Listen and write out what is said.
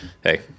hey